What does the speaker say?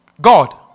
God